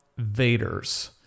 Vaders